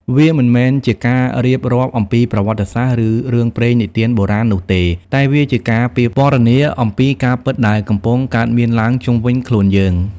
វាមិនមែនជាការរៀបរាប់អំពីប្រវត្តិសាស្ត្រ ឬរឿងព្រេងនិទានបុរាណនោះទេ តែវាជាការពណ៌នាអំពីការពិតដែលកំពុងកើតមានឡើងជុំវិញខ្លួនយើង។